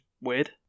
weird